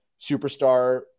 superstar